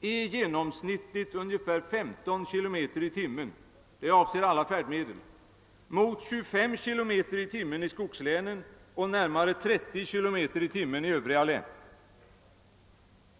genomsnittligt är ungefär 15 kilometer i timmen. Detta avser alla färdmedel. Detta kan jämföras med en reshastighet på 25 kilometer i timmen i skogslänen och närmare 30 kilometer i timmen i Övriga län.